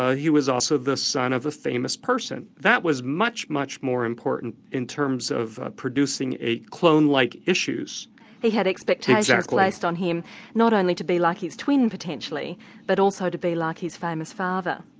ah he was also the son of a famous person. that was much, much more important in terms of producing a clone-like issue. he had expectations placed on him not only to be like his twin potentially but also to be like his famous father.